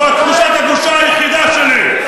זאת תחושת הבושה היחידה שלי.